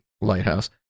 lighthouse